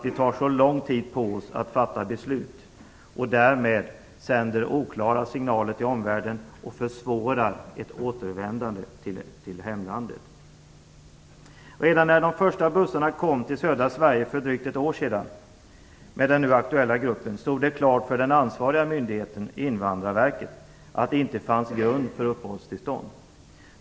Vi tar så lång tid på oss att fatta beslutet och sänder därmed oklara signaler till omvärlden och försvårar ett återvändande till hemlandet. Redan när de första bussarna kom till södra Sverige för drygt ett år sedan, med den nu aktuella gruppen, stod det klart för den ansvariga myndigheten Invandrarverket att det inte fanns grund för uppehållstillstånd.